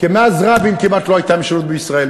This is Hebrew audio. כי מאז רבין כמעט לא הייתה משילות בישראל.